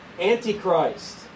Antichrist